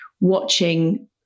watching